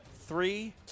three